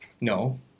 No